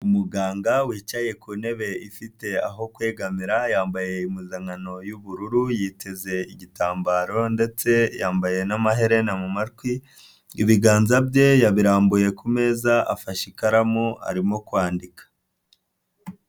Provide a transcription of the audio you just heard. Umuganga wicaye ku ntebe ifite aho kwegamira, yambaye impuzankano y'ubururu, yiteze igitambaro ndetse yambaye n'amaherena mumatwi ,ibiganza bye yabirambuye ku meza ,afashe ikaramu arimo kwandika.